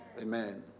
Amen